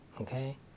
Okay